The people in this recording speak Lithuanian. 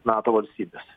nato valstybes